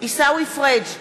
עיסאווי פריג'